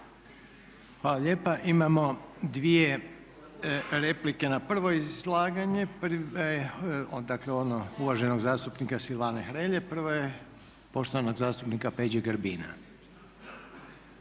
Hvala lijepa. Imamo dvije replike na prvo izlaganje, dakle ono uvaženog zastupnika Silvana Hrelje. Prva je poštovanog zastupnika Peđe Grbina.